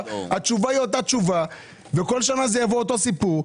התשובה היא אותה תשובה וכל שנה יבוא אותו סיפור.